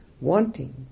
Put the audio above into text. wanting